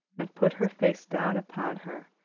and put her face down upon her,